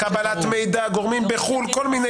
-- רשמים, קבלת מידע, גורמים בחו"ל וכו'.